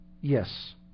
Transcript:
Yes